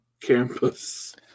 campus